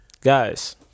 guys